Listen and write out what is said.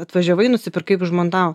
atvažiavai nusipirkai užmontavo